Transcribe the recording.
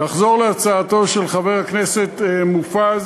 נחזור להצעתם של חברי הכנסת מופז